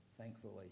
thankfully